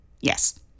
Yes